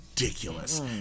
ridiculous